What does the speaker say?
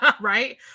Right